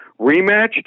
rematch